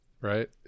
right